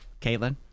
Caitlin